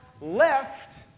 left